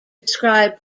describe